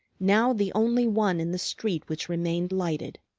now the only one in the street which remained lighted